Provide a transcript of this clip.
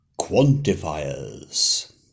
quantifiers